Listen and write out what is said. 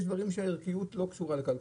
יש דברים שבהם הערכיות לא קשורה לכלכליות,